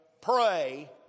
pray